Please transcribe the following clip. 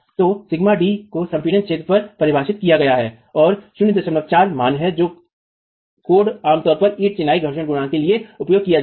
तोσd को संपीड़ित क्षेत्र पर परिभाषित किया गया है और 04 मान है जो कोड आमतौर पर ईंट चिनाई घर्षण गुणांक के लिए उपयोग किया जाता है